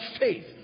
faith